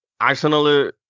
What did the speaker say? Arsenal